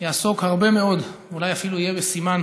יעסוק הרבה מאוד, אולי אפילו יהיה בסימן